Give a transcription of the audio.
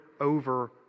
over